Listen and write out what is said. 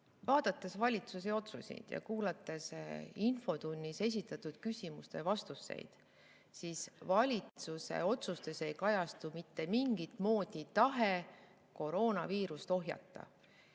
Vaadates valitsuse otsuseid ja kuulates infotunnis esitatud küsimustele antud vastuseid, ei kajastu valitsuse otsustes mitte mingit moodi tahe koroonaviirust ohjata.